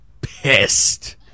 pissed